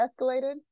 escalated